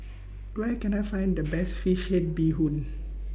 Where Can I Find The Best Fish Head Bee Hoon